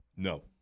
No